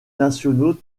nationaux